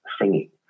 singing